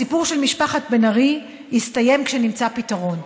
הסיפור של משפחת בן-ארי הסתיים כשנמצא פתרון.